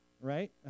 Right